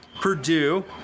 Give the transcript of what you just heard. Purdue